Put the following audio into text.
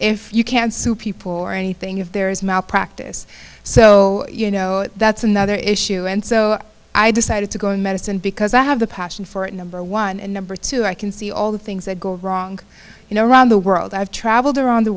if you can sue people or anything if there is malpractise so you know that's another issue and so i decided to go in medicine because i have the passion for it number one and number two i can see all the things that go wrong you know around the world i've traveled around the